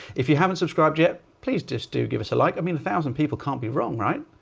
if you haven't subscribed yet, please just do give us a like i mean, a thousand people can't be wrong, right?